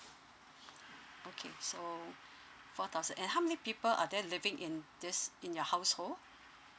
okay so four thousand and how many people are there living in this in your household